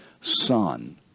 son